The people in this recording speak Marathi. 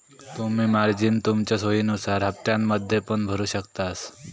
तुम्ही मार्जिन तुमच्या सोयीनुसार हप्त्त्यांमध्ये पण भरु शकतास